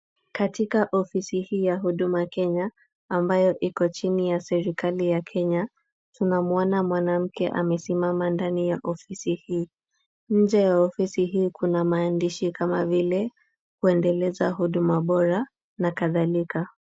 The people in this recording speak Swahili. Katika ofisi ya huduma Kenya ,ambayo iko chini ya serikali ya Kenya tunamuona mwanamke amesimama ndani ya ofisi hii. Nje ya ofisi hii kuna maandishi kama vile kuendeleza huduma bora na kadhalika.